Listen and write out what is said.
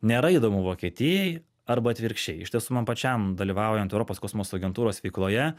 nėra įdomu vokietijai arba atvirkščiai iš tiesų man pačiam dalyvaujant europos kosmoso agentūros veikloje